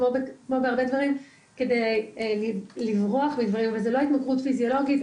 כמו בהרבה דברים כדי לברוח מדברים וזאת לא התמכרות פיזיולוגית,